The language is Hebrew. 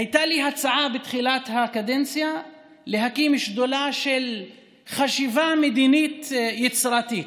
הייתה לי הצעה בתחילת הקדנציה להקים שדולה של חשיבה מדינית יצירתית.